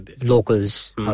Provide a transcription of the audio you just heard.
locals